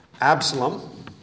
Absalom